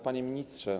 Panie Ministrze!